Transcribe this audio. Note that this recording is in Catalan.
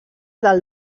del